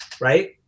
Right